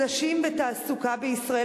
נשים ותעסוקה בישראל,